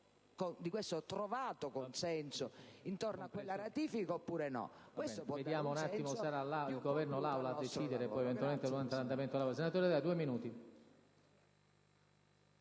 di questo trovato consenso intorno a quella ratifica, oppure no?